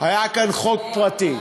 היה כאן חוק פרטי.